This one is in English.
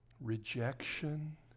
rejection